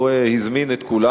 הוא הזמין את כולם.